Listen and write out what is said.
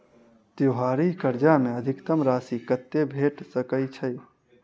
त्योहारी कर्जा मे अधिकतम राशि कत्ते भेट सकय छई?